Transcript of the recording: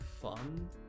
fun